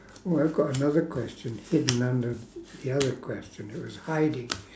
oh I've got another question hidden under the other question it was hiding